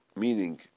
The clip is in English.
Meaning